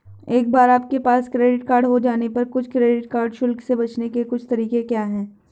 एक बार आपके पास क्रेडिट कार्ड हो जाने पर कुछ क्रेडिट कार्ड शुल्क से बचने के कुछ तरीके क्या हैं?